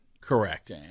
Correct